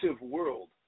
world